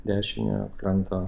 dešiniojo kranto